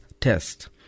test